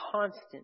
constant